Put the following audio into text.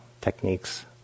techniques